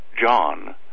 John